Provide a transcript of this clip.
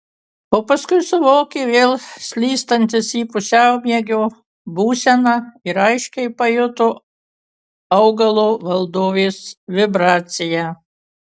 o paskui suvokė vėl slystantis į pusiaumiegio būseną ir aiškiai pajuto augalo valdovės vibraciją